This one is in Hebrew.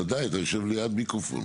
בוודאי, אתה יושב ליד מיקרופון.